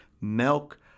milk